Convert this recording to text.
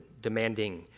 demanding